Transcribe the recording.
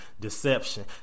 deception